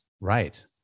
Right